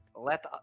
Let